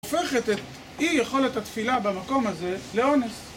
הופכת את אי-יכולת התפילה במקום הזה לאונס